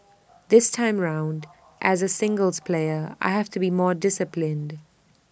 this time round as A singles player I have to be more disciplined